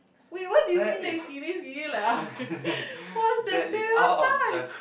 wait what do you mean leg skinny skinny like ah what's that stereotype